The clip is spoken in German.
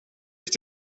ist